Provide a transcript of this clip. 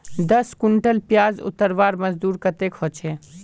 दस कुंटल प्याज उतरवार मजदूरी कतेक होचए?